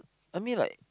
I mean like